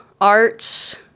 arts